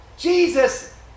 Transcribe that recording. Jesus